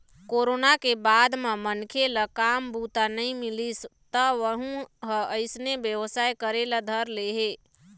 corona के बाद म मनखे ल काम बूता नइ मिलिस त वहूँ ह अइसने बेवसाय करे ल धर ले हे